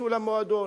ייכנסו למועדון,